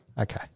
Okay